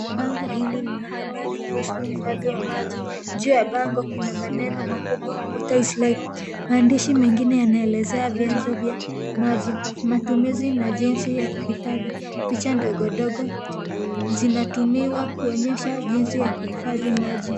Bango hili lina habari kuhusu uhifandhi wa maji, juu ya bango kuna maneno makubwa water is life maandishi mengine yanelezea vyanzo vya maji matumizi na jinsi ya kuhifadhi. Picha ndogo ndogo zinatumiwa kuonyesha jinsi ya kuhifadhi maji.